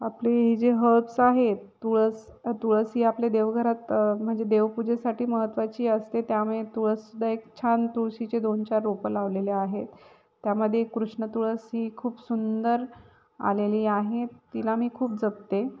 आपले ही जे हर्ब्स आहेत तुळस तुळस ही आपले देवघरात म्हणजे देवपूजेसाठी महत्त्वाची असते त्यामुळे तुळससुद्धा एक छान तुळशीचे दोन चार रोपं लावलेले आहेत त्यामध्ये कृष्ण तुळस ही खूप सुंदर आलेली आहे तिला मी खूप जपते